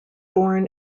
born